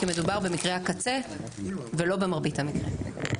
כי מדובר במקרה הקצה ולא במרבית המקרים.